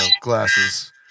glasses